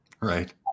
Right